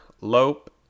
Lope